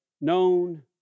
known